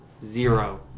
zero